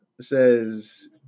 says